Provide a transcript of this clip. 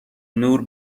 نور